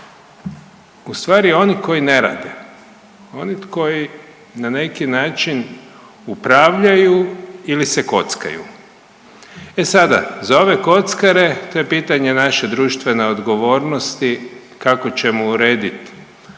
ustvari oni koji ne rade, oni koji na neki način upravljaju ili se kockaju. E sada za ove kockare to je pitanje naše društvene odgovornosti kako ćemo uredit